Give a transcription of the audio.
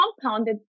compounded